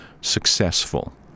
successful